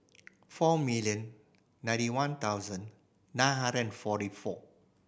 four million ninety one thousand nine hundred and forty four